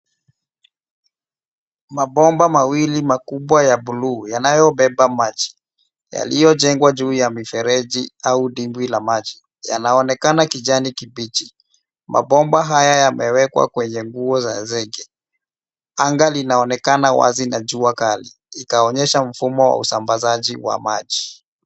Mabomba mawili makubwa ya buluu yanayobeba maji yaliyojengwa juu ya mifereji au dimbwi la maji yanaonekana kijani kibichi. Mabomba haya yamewekwa kwenye nguo za zege. Anga linaonekana wazi na jua kali ikaonyesha mfumo wa usambazaji wa maji.